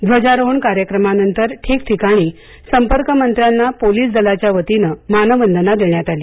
ध्वजारोहण कार्यक्रमानंतर ठिकठिकाणी संपर्कमंत्र्यांना पोलीस दलाच्या वतीनं मानवंदना देण्यात आली